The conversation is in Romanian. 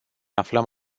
aflăm